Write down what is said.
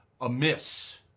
amiss